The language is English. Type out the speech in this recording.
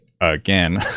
again